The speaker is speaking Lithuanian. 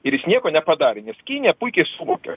ir jis nieko nepadarė nes kinija puikiai suvokia